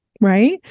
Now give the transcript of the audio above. right